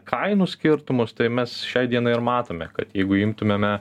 kainų skirtumus tai mes šiai dienai ir matome kad jeigu imtumėme